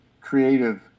creative